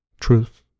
truth